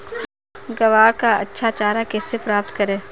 ग्वार का अच्छा चारा कैसे प्राप्त करें?